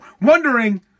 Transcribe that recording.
wondering